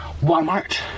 walmart